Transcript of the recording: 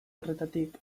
horretatik